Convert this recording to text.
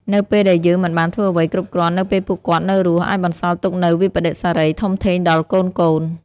នៅពេលដែលយើងមិនបានធ្វើអ្វីគ្រប់គ្រាន់នៅពេលពួកគាត់នៅរស់ អាចបន្សល់ទុកនូវវិប្បដិសារីដ៏ធំធេងដល់កូនៗ។